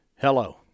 Hello